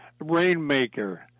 Rainmaker